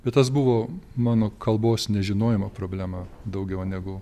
bet tas buvo mano kalbos nežinojimo problema daugiau negu